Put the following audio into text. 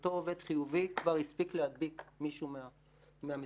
אותו עובד חיובי כבר הספיק להדביק מישהו מהמטופלים.